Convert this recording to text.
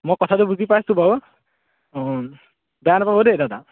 মই কথাটো বুজি পাইছোঁ বাৰু বেয়া নাপাব দেই দাদা